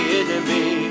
enemy